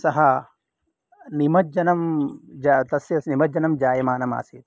सः निमज्जनं तस्य निमज्जनं जायमानम् आसीत्